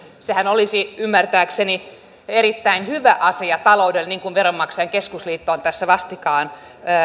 sehän olisi ymmärtääkseni erittäin hyvä asia taloudelle niin kuin veronmaksajain keskusliitto on tässä vastikään